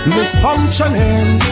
Misfunctioning